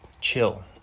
chill